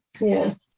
Yes